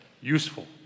useful